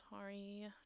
sorry